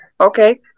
Okay